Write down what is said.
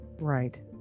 right